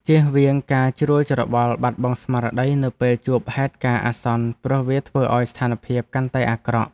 ជៀសវាងការជ្រួលច្របល់បាត់បង់ស្មារតីនៅពេលជួបហេតុការណ៍អាសន្នព្រោះវាធ្វើឱ្យស្ថានភាពកាន់តែអាក្រក់។